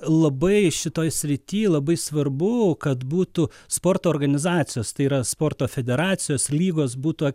labai šitoj srityje labai svarbu kad būtų sporto organizacijos tai yra sporto federacijos lygos būtų